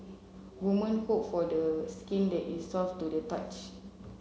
woman hope for the skin that is soft to the touch